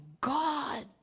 God